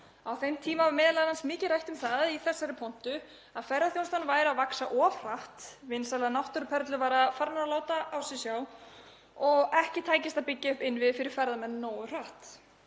Á þeim tíma var m.a. mikið rætt um það í þessari pontu að ferðaþjónustan væri að vaxa of hratt, vinsælar náttúruperlur væru farnar að láta á sjá og ekki tækist að byggja upp innviði fyrir ferðamenn nógu hratt